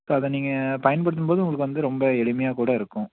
இப்போ அதை நீங்கள் பயன்படுத்தும்போது உங்களுக்கு வந்து ரொம்ப எளிமையாகக்கூட இருக்கும்